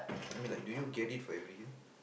I mean like do you get it for every year